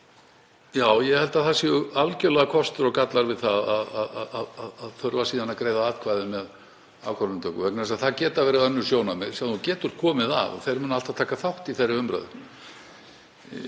Ég held að það séu algjörlega bæði kostir og gallar við það að þurfa síðan að greiða atkvæði með ákvarðanatöku vegna þess að það geta verið önnur sjónarmið sem þeir geta komið að og þeir munu alltaf taka þátt í þeirri umræðu.